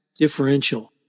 differential